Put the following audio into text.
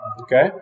Okay